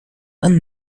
and